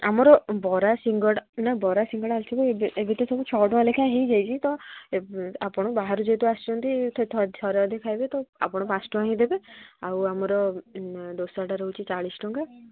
ଆମର ବରା ସିଙ୍ଗଡ଼ା ବରା ସିଙ୍ଗଡ଼ା ଆଳୁଚପ ଏବେ ଏବେ ତ ସବୁ ଛଅ ଟଙ୍କା ଲେଖା ହୋଇଯାଇଛି ତ ଆପଣ ବାହାରୁ ଯେହେତୁ ଆସିଛନ୍ତି ଥରେ ଅଧେ ଖାଇବେ ତ ଆପଣ ପାଞ୍ଚ ଟଙ୍କା ଦେଇଦବେ ଆଉ ଆମର ଦୋସାଟା ରହୁଛି ଚାଳିଶ ଟଙ୍କା